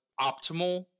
optimal